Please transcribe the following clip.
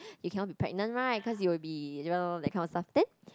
you cannot be pregnant right cause you will be you know like kind of stuff then